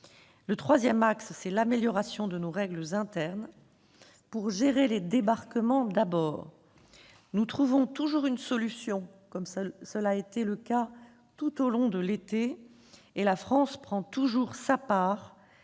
Le troisième axe, c'est l'amélioration de nos règles internes, d'abord pour gérer les débarquements. Nous trouvons toujours une solution, comme cela a été le cas tout au long de l'été, et la France prend toujours sa part,